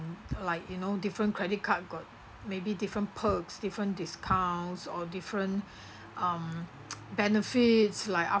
like you know different credit card got maybe different perks different discounts or different um benefits like